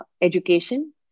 education